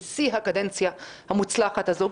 בשיא הקדנציה המוצלחת הזו,